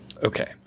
Okay